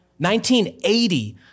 1980